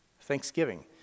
Thanksgiving